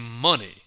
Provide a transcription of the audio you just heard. money